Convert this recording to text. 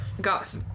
got